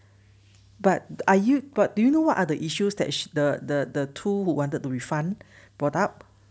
but are you but do you know what are the issues that the the the two who wanted to refund brought up